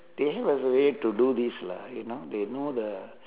they have a way to do this lah you know they know the